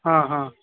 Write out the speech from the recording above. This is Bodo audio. अ अ